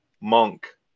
Monk